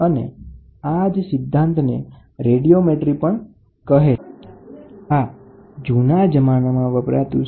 આ ઘટનાને પાયરોમીટર તરીકે જાણીતી છે કેટલીક વાર તેને રેડીયોમેટ્રી પણ કહે છે અને મોડર્ન પાયરોમીટર પણ કહે છે જે તાપમાન માપવા માટે વપરાય છે